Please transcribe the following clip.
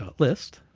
ah list,